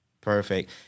Perfect